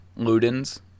ludens